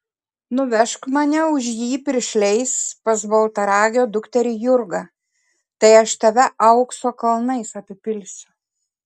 nuvežk mane už jį piršliais pas baltaragio dukterį jurgą tai aš tave aukso kalnais apipilsiu